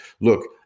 Look